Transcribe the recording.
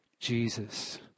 jesus